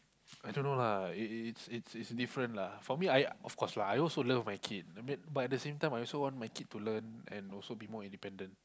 I don't know lah it it it it's it's different lah for me I of course lah I also love my kid I mean but at the same time I also want my kid to learn and also be more independent